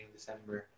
December